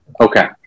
Okay